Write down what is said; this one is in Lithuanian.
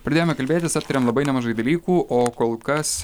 pradėjome kalbėtis aptarėm labai nemažai dalykų o kol kas